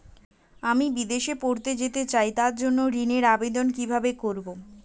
আমি বিদেশে পড়তে যেতে চাই তার জন্য ঋণের আবেদন কিভাবে করব?